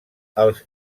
els